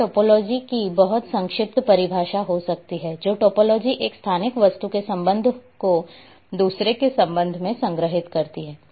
या टोपोलॉजी की बहुत संक्षिप्त परिभाषा हो सकती है जो टोपोलॉजी एक स्थानिक वस्तु के संबंध को दूसरे के संबंध में संग्रहीत करती है